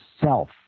self